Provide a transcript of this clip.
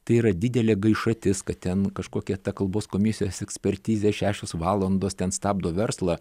tai yra didelė gaišatis kad ten kažkokia kalbos komisijos ekspertizė šešios valandos ten stabdo verslą